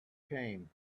came